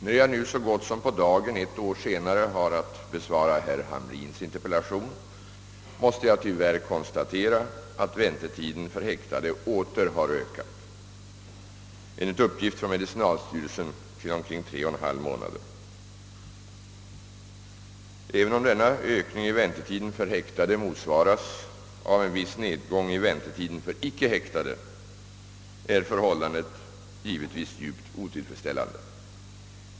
När jag nu så gott som på dagen ett år senare har att besvara herr Hamrins interpellation måste jag tyvärr konstatera, att väntetiden för häktade åter har ökat, enligt uppgift från medicinalstyrelsen till omkring 3 1/> månader. Även om denna ökning i väntetiden för häk tade motsvaras av en viss nedgång i väntetiden för icke häktade, är förhållandet givetvis djupt otillfredsställande.